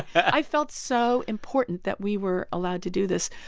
i felt so important that we were allowed to do this.